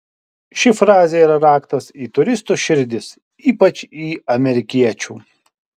ši frazė yra raktas į turistų širdis ypač į amerikiečių